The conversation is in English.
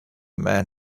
man